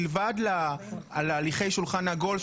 מלבד הליכי שולחן עגול,